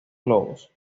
globos